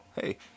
hey